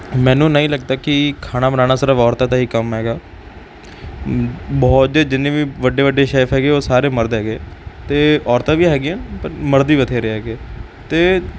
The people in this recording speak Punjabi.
ਮੈਨੂੰ ਨਹੀਂ ਲੱਗਦਾ ਕਿ ਖਾਣਾ ਬਣਾਉਣਾ ਸਿਰਫ ਔਰਤਾਂ ਦਾ ਹੀ ਕੰਮ ਹੈਗਾ ਬਹੁਤ ਜੇ ਜਿੰਨੇ ਵੀ ਵੱਡੇ ਵੱਡੇ ਸ਼ੈਫ ਹੈਗੇ ਉਹ ਸਾਰੇ ਮਰਦ ਹੈਗੇ ਅਤੇ ਔਰਤਾਂ ਵੀ ਹੈਗੀਆਂ ਪਰ ਮਰਦ ਵੀ ਬਥੇਰੇ ਹੈਗੇ ਅਤੇ